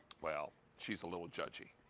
well, she's a little judgey.